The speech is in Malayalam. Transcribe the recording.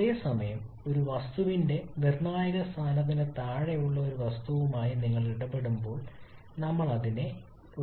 അതേസമയം ഒരു വസ്തുവിന്റെ നിർണായക സ്ഥാനത്തിന് താഴെയുള്ള ഒരു വസ്തുവുമായി നിങ്ങൾ ഇടപെടുമ്പോൾ നമ്മൾ അതിനെ